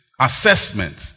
Assessment